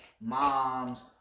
moms